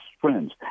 friends